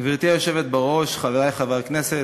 גברתי היושבת בראש, חברי חברי הכנסת,